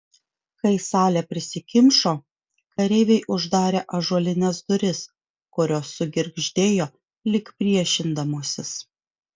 kai salė prisikimšo kareiviai uždarė ąžuolines duris kurios sugirgždėjo lyg priešindamosis